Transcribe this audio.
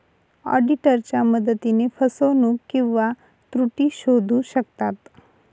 ऑडिटरच्या मदतीने फसवणूक किंवा त्रुटी शोधू शकतात